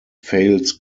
fails